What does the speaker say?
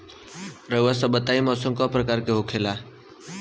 रउआ सभ बताई मौसम क प्रकार के होखेला?